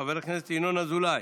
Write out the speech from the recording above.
חבר הכנסת ינון אזולאי,